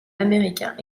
américains